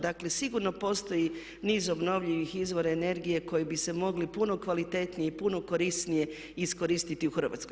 Dakle sigurno postoji niz obnovljivih izvora energije koji bi se mogli puno kvalitetnije i puno korisnije iskoristiti u Hrvatskoj.